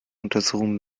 untersuchungen